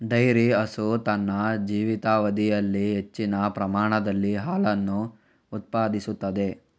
dairy ಹಸು ತನ್ನ ಜೀವಿತಾವಧಿಯಲ್ಲಿ ಹೆಚ್ಚಿನ ಪ್ರಮಾಣದಲ್ಲಿ ಹಾಲನ್ನು ಉತ್ಪಾದಿಸುತ್ತದೆ